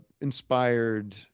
inspired